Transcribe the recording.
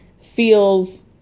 feels